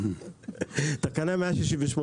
לגבי תקנה 168,